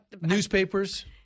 Newspapers